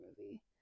movie